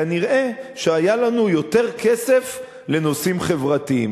כנראה היה לנו יותר כסף לנושאים חברתיים.